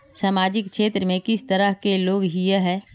सामाजिक क्षेत्र में किस तरह के लोग हिये है?